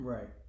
Right